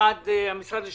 ראיתי את המכתב.